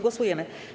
Głosujemy.